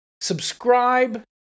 subscribe